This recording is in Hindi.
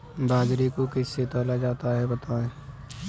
बाजरे को किससे तौला जाता है बताएँ?